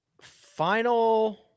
Final